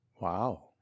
wow